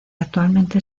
actualmente